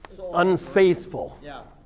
unfaithful